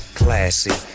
classy